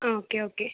ആ okay okay